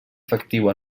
efectiu